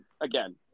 again